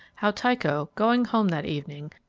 how tycho, going home that evening,